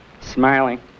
smiling